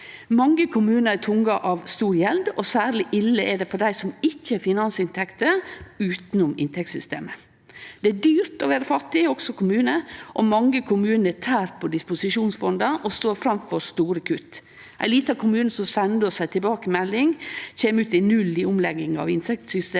Mange kommunar er tyngde av stor gjeld, og særleg ille er det for dei som ikkje har finansinntekter utanom inntektssystemet. Det er dyrt å vere fattig, også for kommunar, og mange kommunar tærer på disposisjonsfonda og står framfor store kutt. Ein liten kommune som sende oss ei tilbakemelding, kjem ut i null i omlegginga av inntektssystemet,